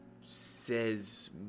says